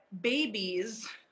babies